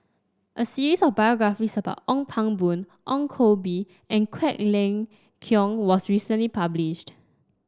a series of biographies about Ong Pang Boon Ong Koh Bee and Quek Ling Kiong was recently published